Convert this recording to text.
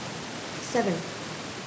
seven